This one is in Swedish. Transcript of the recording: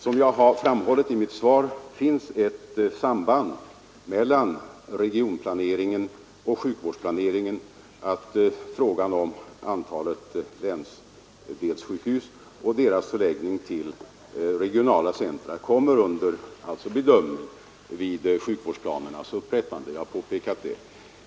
Som jag har framhållit i mitt svar finns ett sådant samband mellan regionplaneringen och sjukvårdsplaneringen att frågan om antalet länsdelssjukhus och deras förläggning till regionala centra kommer under bedömning vid sjukvårdsplanernas upprättande.